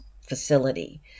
facility